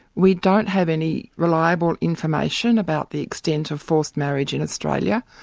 we don't have any reliable information about the extent of forced marriage in australia.